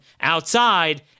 outside